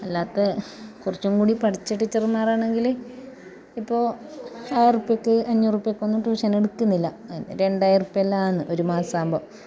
അല്ലാത്ത കുറച്ചും കൂടി പഠിച്ച ടീച്ചർമാറാണെങ്കിൽ ഇപ്പോൾ ആയിറുപ്യക്ക് അഞ്ഞൂറുപ്യക്കൊന്നും ട്യൂഷനെടുക്കുന്നില്ല രണ്ടായിരം റുപ്യെല്ലാം ആണ് ഒരു മാസം ആകുമ്പോൾ